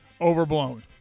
overblown